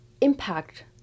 impact